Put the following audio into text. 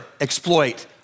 exploit